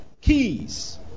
Keys